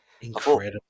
Incredible